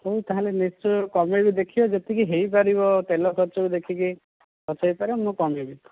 ହଉ ତାହେଲେ ନିଶ୍ଚୟ କମେଇକି ଦେଖିବା ଯେତିକି ହେଇପାରିବ ତେଲ ଖର୍ଚ୍ଚକୁ ଦେଖିକି ଖର୍ଚ୍ଚ ହେଇପାରିବ ମୁଁ କମେଇବି